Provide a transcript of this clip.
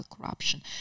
corruption